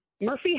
Murphy